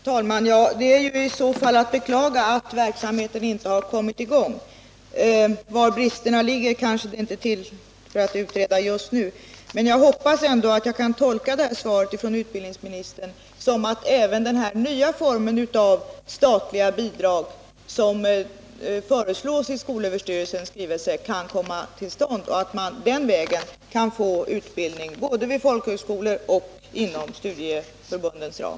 Herr talman! I så fall är det att beklaga att en sådan verksamhet inte har kommit i gång. Detta är kanske inte rätta tillfället att utreda var bristerna ligger, men jag hoppas att jag kan tolka utbildningsministerns svar så att även den nya form av statliga bidrag som föreslås i skolöverstyrelsens skrivelse kan komma till stånd, så att man den vägen kan få i gång utbildning såväl vid folkhögskolorna som inom studieförbundens ram.